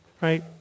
right